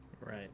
Right